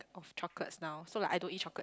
of chocolates now so like I don't eat chocolate